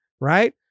right